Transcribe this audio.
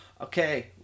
okay